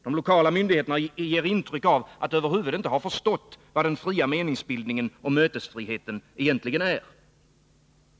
De lokala myndigheterna ger intryck av att över huvud taget inte ha förstått vad den fria meningsbildningen och mötesfriheten egentligen är.